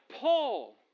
Paul